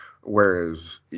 whereas